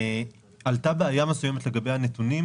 עלתה בעיה מסוימת לגבי הנתונים,